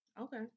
Okay